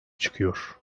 çıkıyor